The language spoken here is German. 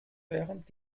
während